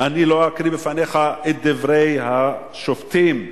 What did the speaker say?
אני לא אקריא בפניך את דברי השופטים בפסקי-הדין.